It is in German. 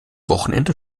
wochenende